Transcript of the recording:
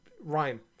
rhyme